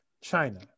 China